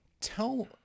Tell